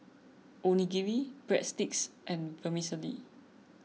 Onigiri Breadsticks and Vermicelli